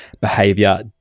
Behavior